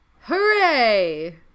Hooray